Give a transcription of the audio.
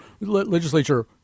legislature